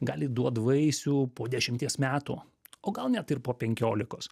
gali duot vaisių po dešimties metų o gal net ir po penkiolikos